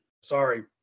sorry